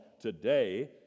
today